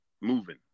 moving